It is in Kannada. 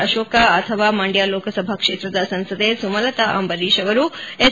ಅಶೋಕ ಅಥವಾ ಮಂಡ್ಯ ಲೋಕಸಭಾ ಕ್ಷೇತ್ರದ ಸಂಸದೆ ಸುಮಲತಾ ಅಂಬರೀಷ್ ಅವರು ಎಸ್